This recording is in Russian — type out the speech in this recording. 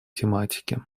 тематике